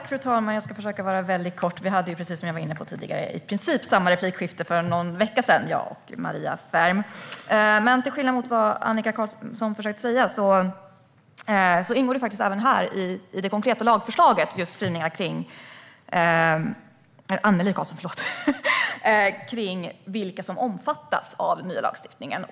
Fru talman! Som jag var inne på tidigare hade jag och Maria Ferm i princip samma replikskifte för någon vecka sedan. Till skillnad från vad Annelie Karlsson försökte säga ingår det i detta konkreta lagförslag skrivningar om vilka som omfattas av den nya lagstiftningen.